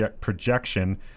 projection